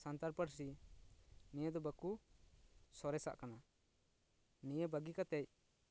ᱥᱟᱱᱛᱟᱲ ᱯᱟᱹᱨᱥᱤ ᱱᱤᱭᱟᱹ ᱫᱚ ᱵᱟᱠᱚ ᱥᱚᱨᱮᱥᱟᱜ ᱠᱟᱱᱟ ᱱᱤᱭᱟᱹ ᱵᱟᱹᱜᱤ ᱠᱟᱛᱮ